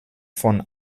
von